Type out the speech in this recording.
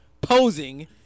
posing